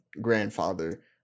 grandfather